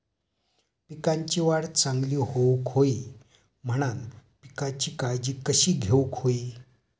पिकाची वाढ चांगली होऊक होई म्हणान पिकाची काळजी कशी घेऊक होई?